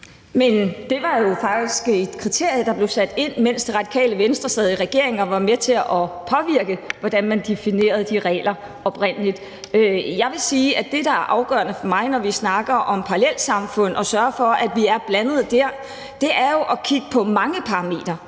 Men det var faktisk et kriterium, der blev sat ind, mens Radikale Venstre sad i regering og var med til at påvirke, hvordan man definerede de kriterier. Jeg vil sige, at det, der er afgørende for mig, når vi snakker om parallelsamfund, hvor vi skal sørge for en blanding, jo er at kigge på mange parameter,